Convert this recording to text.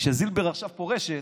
כשזילבר עכשיו פורשת,